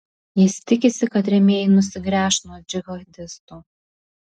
jis tikisi kad rėmėjai nusigręš nuo džihadistų